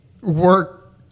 work